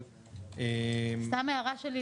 אבל --- סתם הערה שלי,